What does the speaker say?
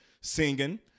singing